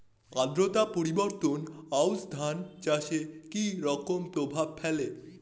আদ্রতা পরিবর্তন আউশ ধান চাষে কি রকম প্রভাব ফেলে?